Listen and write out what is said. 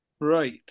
Right